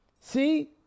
See